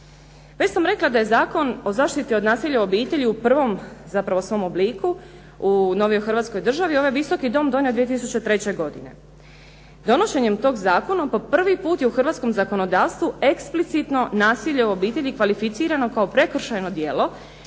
Već sam rekla da je Zakon o zaštiti od nasilja u obitelji u prvom zapravo svom obliku u novijoj Hrvatskoj državi ovaj Visoki dom donio 2003. godine. Donošenjem tog zakona po prvi put je u hrvatskom zakonodavstvu eksplicitno nasilje u obitelji kvalificirano kao prekršajno djelo